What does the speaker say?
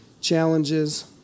challenges